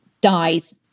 dies